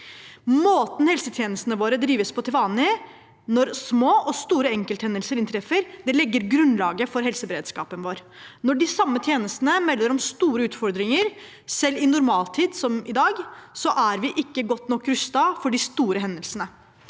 Måten helsetjenestene våre drives på til vanlig, når små og store enkelthendelser inntreffer, legger grunnlaget for helseberedskapen vår. Når de samme tjenestene melder om store utfordringer selv i normaltid som i dag, er vi ikke godt nok rustet for de store hendelsene.